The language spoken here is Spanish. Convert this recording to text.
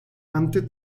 ante